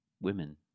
women